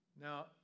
Now